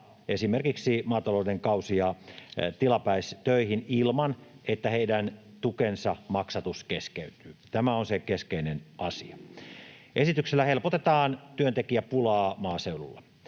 esimerkiksi maatalouden kausi- ja tilapäistöihin ilman, että heidän tukensa maksatus keskeytyy — tämä on se keskeinen asia. Esityksellä helpotetaan työntekijäpulaa maaseudulla.